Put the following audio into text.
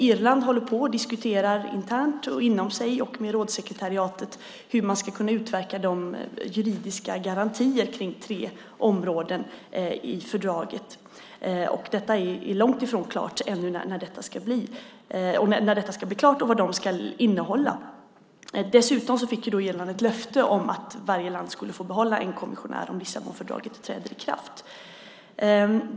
Irland håller på att diskutera internt och med rådssekretariatet hur man ska utverka juridiska garantier runt tre områden i fördraget. Det är ännu långt ifrån klart när detta ska bli färdigt och vad de ska innehålla. Dessutom fick Irland ett löfte om att varje land skulle få behålla en kommissionär om Lissabonfördraget träder i kraft.